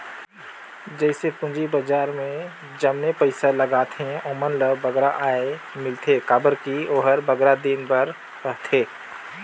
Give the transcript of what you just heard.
जइसे पूंजी बजार में जमने पइसा लगाथें ओमन ल बगरा आय मिलथे काबर कि ओहर बगरा दिन बर रहथे